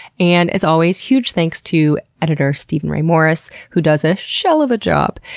and as always huge thanks to editor steven ray morris who does a shell of a job!